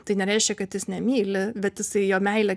tai nereiškia kad jis nemyli bet jisai jo meilė